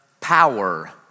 power